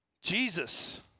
Jesus